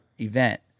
event